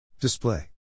Display